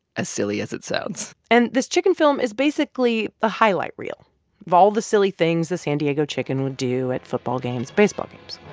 as silly as it sounds. and this chicken film is basically the highlight reel all the silly things the san diego chicken would do at football games and baseball games.